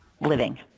living